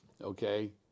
Okay